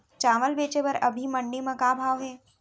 चांवल बेचे बर अभी मंडी म का भाव हे?